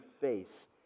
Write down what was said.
face